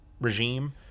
regime